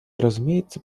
разумеется